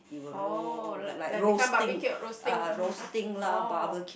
oh like like become barbecue roasting oh